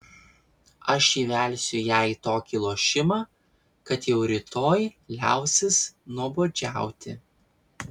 aš įvelsiu ją į tokį lošimą kad jau rytoj liausis nuobodžiauti